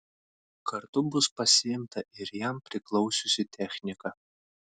kartu bus pasiimta ir jam priklausiusi technika